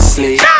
Sleep